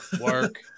Work